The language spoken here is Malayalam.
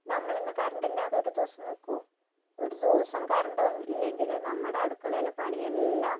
നമ്മളിന്ന് കറൻ്റില്ലാതെ ഒരു ദിവസം നിൽക്കുമോ ഒരു ദിവസം കറൻ്റ് ഇല്ലെങ്കില് നമ്മുടെ അടുക്കളയിലെ പണിയെല്ലാം